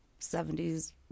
70s